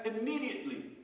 immediately